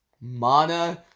Mana